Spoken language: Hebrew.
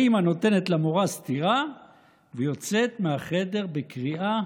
האימא נותנת למורה סטירה ויוצאת מהחדר בקריאה: